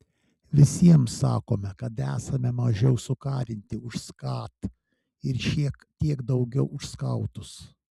visiems sakome kad esame mažiau sukarinti už skat ir šiek tiek daugiau už skautus